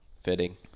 Fitting